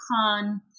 Khan